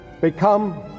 become